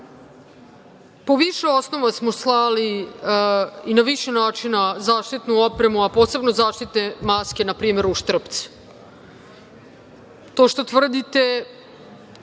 Po više osnova smo slali i na više načina zaštitnu oprema, a posebno zaštitne maske, na primer, u Štrpce. To što tvrdite